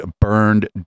burned